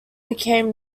became